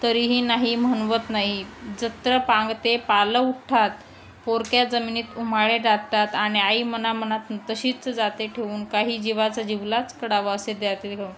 तरीही नाही म्हनवत नाही जत्र पांगते पाल उठात पोरक्या जमिनीत उभाळे डात आणि आई मनामत तशीच जाते ठेऊन काही जीवाचा जीवलाच कडावा असे द्यातील घेऊन